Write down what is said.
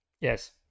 Yes